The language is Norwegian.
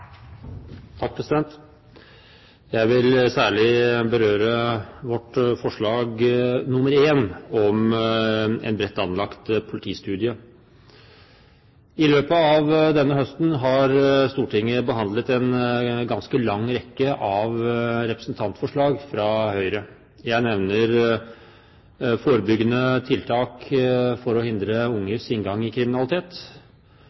Jeg vil særlig berøre vårt forslag nr. 1, om en bredt anlagt politistudie. I løpet av denne høsten har Stortinget behandlet en ganske lang rekke av representantforslag fra Høyre. Jeg nevner forebyggende tiltak for å hindre